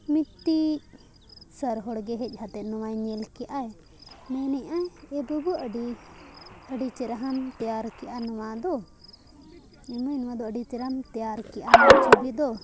ᱢᱤᱫᱴᱤᱡ ᱥᱟᱨ ᱦᱚᱲᱜᱮ ᱦᱮᱡ ᱠᱟᱛᱮᱫ ᱱᱚᱣᱟᱭ ᱧᱮᱞ ᱠᱮᱜᱼᱟᱭ ᱢᱮᱱᱮᱜᱼᱟᱭ ᱮ ᱵᱟᱹᱵᱩ ᱟᱹᱰᱤ ᱟᱹᱰᱤ ᱪᱮᱦᱨᱟ ᱛᱮᱭᱟᱨ ᱠᱮᱜᱼᱟ ᱱᱚᱣᱟ ᱫᱚ ᱮᱢᱟᱹᱭ ᱱᱚᱣᱟ ᱫᱚ ᱟᱹᱰᱤ ᱪᱮᱨᱦᱟᱢ ᱛᱮᱭᱟᱨ ᱠᱮᱜᱼᱟ ᱪᱷᱚᱵᱤ ᱫᱚ